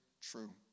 true